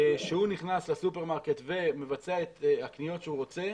כשהוא נכנס לסופרמרקט ומבצע את הקניות שהוא רוצה,